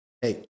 hey